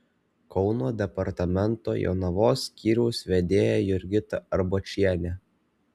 kauno departamento jonavos skyriaus vedėja jurgita arbočienė